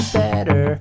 better